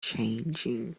changing